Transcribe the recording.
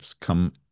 come